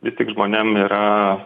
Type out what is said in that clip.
vis tik žmonėm yra